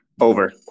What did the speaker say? Over